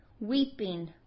weeping